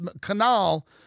Canal